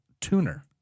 tuner